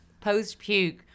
post-puke